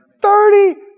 Thirty